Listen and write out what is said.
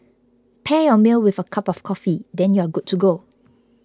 pair your meal with a cup of coffee then you're good to go